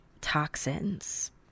toxins